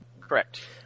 Correct